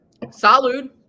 Salud